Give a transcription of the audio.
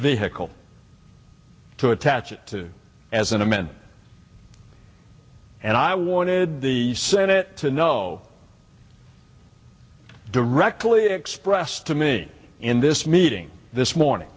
vehicle to attach it to as an amendment and i wanted the senate to know directly express to me in this meeting this morning